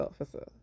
officer